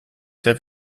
have